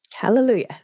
Hallelujah